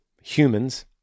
humans